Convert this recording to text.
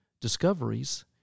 Discoveries